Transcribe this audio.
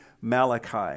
Malachi